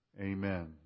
Amen